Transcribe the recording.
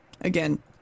again